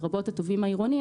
לרבות התובעים העירוניים,